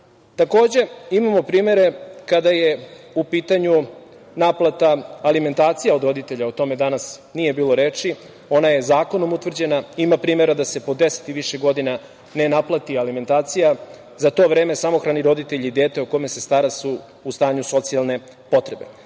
imamo primere kada je u pitanju naplata alimentacija od roditelja, o tome danas nije bilo reči. Ona je zakonom utvrđena. Ima primera da se po 10 i više godina ne naplati alimentacija. Za to vreme samohrani roditelji, dete o kome se stara, su u stanju socijalne potrebe. Svo